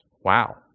Wow